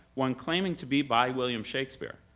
one claiming to be by william shakespeare,